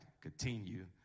continue